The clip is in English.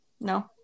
No